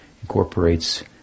incorporates